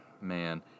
man